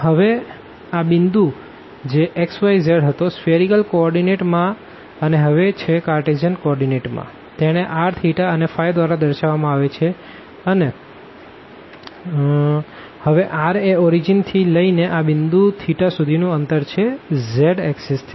હવે આ પોઈન્ટ જે x y z હતો સ્ફીઅરીકલ કો ઓર્ડીનેટમા અને હવે છે કારટેઝિયન કો ઓર્ડીનેટ મા તેણે r અને દ્વારા દર્શાવવામાં આવે છે અને હવે r એ ઓરીજીન થી લઈને આ પોઈન્ટ થેટા સુધીનું અંતર છે z એક્ષિસ થી